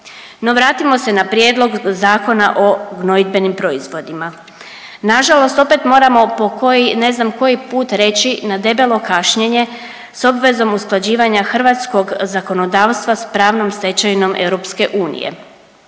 No, vratimo se na Prijedlog Zakona o gnojidbenim proizvodima. Nažalost opet moramo po koji, ne znam koji put reći na debelo kašnjenje s obvezom usklađivanja hrvatskog zakonodavstva s pravnom stečevinom EU.